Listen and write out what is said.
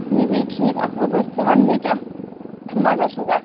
بیٚیہِ بیٚیہِ ٹھیٖک اصٕل پٲٹھۍ ژٕ وَن بیٚیہِ کیٛاہ کیٛتھ مَزہ شَزہ